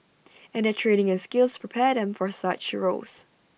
and their training and skills prepare them for such roles